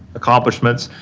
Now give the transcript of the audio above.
accomplishments.